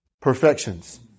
perfections